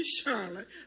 Charlotte